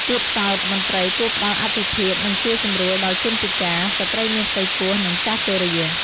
ទៀតសោធមន្ត្រីគួរផ្តល់អាទិភាព និងជួយសម្រួលដល់ជនពិការ ស្ត្រីមានផ្ទៃពោះ និងចាស់ជរា។